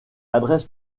adresse